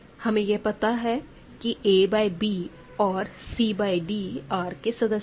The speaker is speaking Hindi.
हमें यह पता है कि a बाय b और c बाय d R के सदस्य है